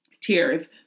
tears